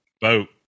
Boat